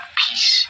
peace